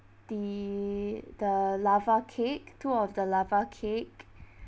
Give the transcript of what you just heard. the the lava cake two of the lava cake